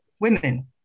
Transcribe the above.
women